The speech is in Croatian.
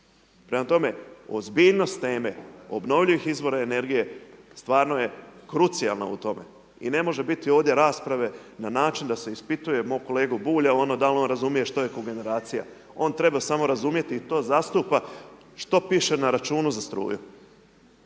Prema tome, ozbiljnost teme obnovljivih izvora energije stvarno je krucijalna u tome. I ne može biti ovdje rasprave na način da se ispituje mog kolegu Bulja da li on razumije što je kogeneracija. On treba samo razumijeti i to zastupa što piše na računu za struju.